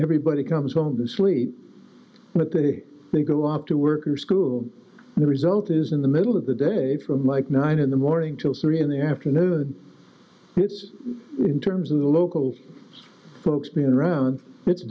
everybody comes home to sleep but they they go off to work or school and the result is in the middle of the day from like nine in the morning till three in the afternoon it's in terms of the local folks being around it's